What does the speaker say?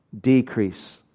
decrease